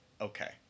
okay